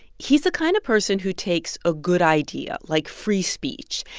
he's the kind of person who takes a good idea like free speech,